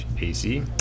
ac